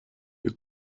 you